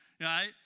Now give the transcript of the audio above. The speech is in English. right